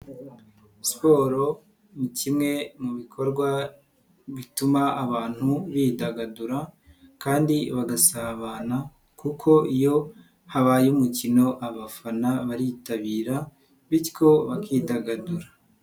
Siporo ni kimwe mu bikorwa bituma abantu bidagadura kandi bagasabana kuko iyo habaye umukino abafana baritabira bityo bakidagadura.